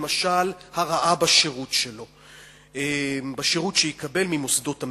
למשל, הרעה בשירות שיקבל ממוסדות המדינה.